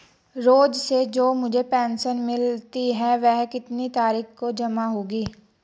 रोज़ से जो मुझे पेंशन मिलती है वह कितनी तारीख को जमा होगी?